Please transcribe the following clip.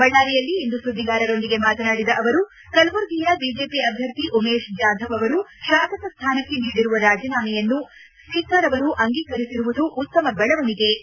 ಬಳ್ಕಾರಿಯಲ್ಲಿಂದು ಸುದ್ದಿಗಾರರೊಂದಿಗೆ ಮಾತನಾಡಿದ ಅವರು ಕಲಬುರಗಿಯ ಬಿಜೆಪಿ ಅಭ್ಯರ್ಥಿ ಉಮೇಶ್ ಜಾಧವ್ ಅವರು ಶಾಸಕ ಸ್ಥಾನಕ್ಕೆ ನೀಡಿರುವ ರಾಜೀನಾಮೆಯನ್ನು ಸ್ವೀಕರ್ ಅವರು ಅಂಗೀಕರಿಬರುವುದು ಉತ್ತಮ ಬೆಳವಣಿಗೆ ಎಂದು ತಿಳಿಸಿದರು